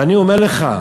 ואני אומר לך,